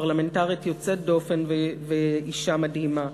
פרלמנטרית יוצאת דופן ואישה מדהימה.